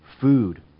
food